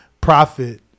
profit